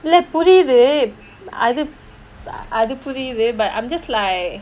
இல்ல புரீது அது புரீது:illa pureethu athu pureethu but I'm just like